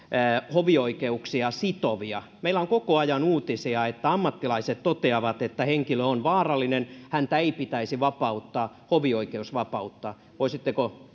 hovioikeuksia sitovia meillä on koko ajan uutisia että ammattilaiset toteavat että henkilö on vaarallinen häntä ei pitäisi vapauttaa hovioikeus vapauttaa voisitteko